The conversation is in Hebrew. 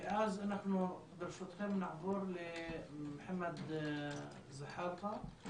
ואז ברשותכם נעבור למחמד זחאלקה.